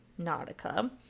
nautica